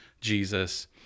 Jesus